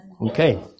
Okay